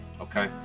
Okay